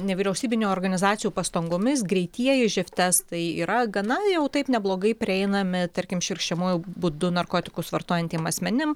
nevyriausybinių organizacijų pastangomis greitieji živ testai yra gana jau taip neblogai prieinami tarkim švirkščiamųjų būdu narkotikus vartojantiem asmenim